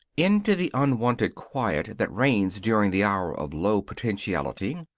into the unwonted quiet that reigns during the hour of low potentiality,